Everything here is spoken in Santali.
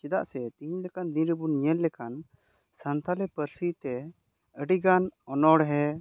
ᱪᱮᱫᱟᱜ ᱥᱮ ᱛᱤᱦᱤᱧ ᱞᱮᱠᱟᱱ ᱫᱤᱱ ᱨᱮᱵᱚᱱ ᱧᱮᱞ ᱞᱮᱠᱷᱟᱱ ᱥᱟᱱᱛᱟᱲᱤ ᱯᱟᱹᱨᱥᱤ ᱛᱮ ᱟᱹᱰᱤ ᱜᱟᱱ ᱚᱱᱚᱲᱦᱮᱸ